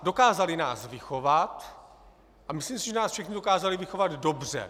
Dokázali nás vychovat a myslím si, že nás všechny dokázali vychovat dobře.